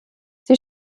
sie